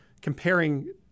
comparing –